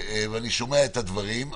אני שומע את הדברים.